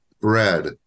bread